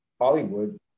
hollywood